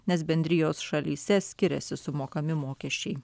nes bendrijos šalyse skiriasi sumokami mokesčiai